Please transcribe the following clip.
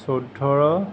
চৈধ্য়